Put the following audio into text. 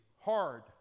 Hard